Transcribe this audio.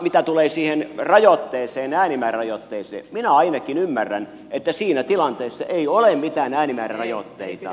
mitä tulee äänimäärärajoitteeseen minä ainakin ymmärrän että siinä tilanteessa ei ole mitään äänimäärärajoitteita